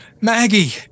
Maggie